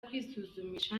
kwisuzumisha